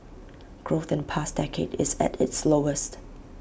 growth in the past decade is at its lowest